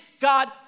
God